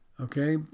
Okay